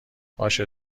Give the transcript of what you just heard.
باشه